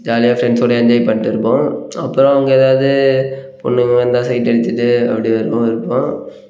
ஜாலியாக ஃப்ரெண்ட்ஸோடு என்ஜாய் பண்ணிட்டு இருப்போம் அப்புறோம் அங்கே ஏதாவது பெண்ணுங்க வந்தால் சைட் அடிச்சுட்டு அப்படி வருவோம் இருப்போம்